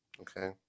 Okay